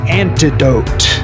antidote